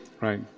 Right